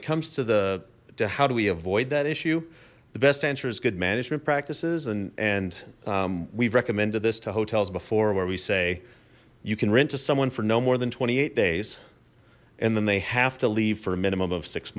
it comes to the how do we avoid that issue the best answer is good management practices and and we've recommended this to hotels before where we say you can rent to someone for no more than twenty eight days and then they have to leave for a minimum of six